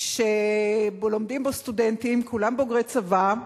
שלומדים בו סטודנטים, כולם בוגרי צבא,